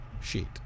sheet